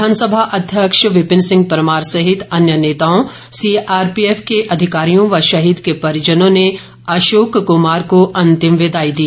विधानसभा अध्यक्ष विपिन सिंह परमार सहित अन्य नेताओं सीआरपीएफ के अधिकारियों व शहीद के परिजनों ने अशोक कुमार को अंतिम विदाई दी